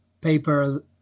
paper